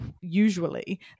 usually